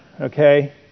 okay